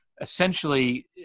essentially